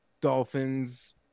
Dolphins